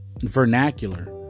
vernacular